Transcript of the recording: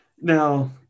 now